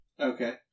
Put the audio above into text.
Okay